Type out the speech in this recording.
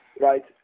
right